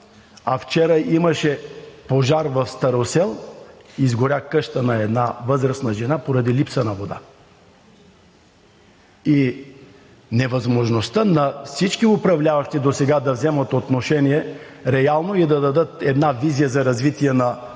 Вчера имаше пожар в Старосел, изгоря къща на една възрастна жена поради липса на вода! Невъзможността на всички управляващи досега да вземат отношение реално и да дадат една визия за развитие на ВиК сектора